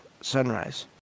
sunrise